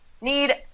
need –